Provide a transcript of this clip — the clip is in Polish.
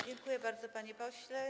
Dziękuję bardzo, panie pośle.